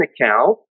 account